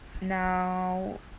Now